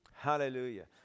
Hallelujah